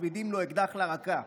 מצמידים לו אקדח לרקה.